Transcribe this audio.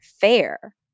fair